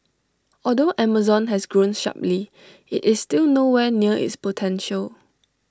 although Amazon has grown sharply IT is still nowhere near its potential